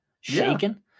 shaking